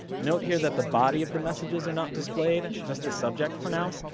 note here that the body of the messages are not displayed just the subject for now.